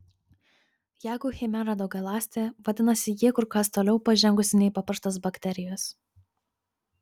jeigu chimera daugialąstė vadinasi ji kur kas toliau pažengusi nei paprastos bakterijos